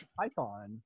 Python